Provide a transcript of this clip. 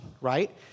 right